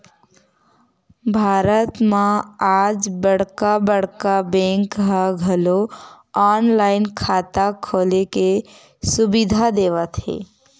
भारत म आज बड़का बड़का बेंक ह घलो ऑनलाईन खाता खोले के सुबिधा देवत हे